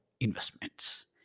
investments